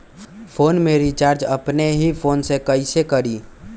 Phone में recharge अपने ही फ़ोन से कईसे करी?